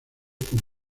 con